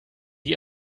die